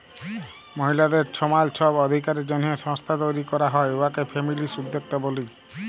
মহিলাদের ছমাল ছব অধিকারের জ্যনহে সংস্থা তৈরি ক্যরা হ্যয় উয়াকে ফেমিলিস্ট উদ্যক্তা ব্যলি